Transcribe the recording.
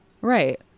Right